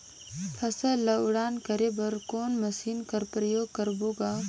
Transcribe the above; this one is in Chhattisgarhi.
फसल ल उड़ान करे बर कोन मशीन कर प्रयोग करबो ग?